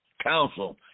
council